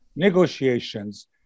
negotiations